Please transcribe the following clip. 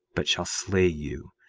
but shall slay you,